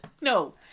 no